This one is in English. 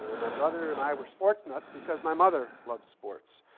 and my brother and i were sports nuts because my mother loved sports.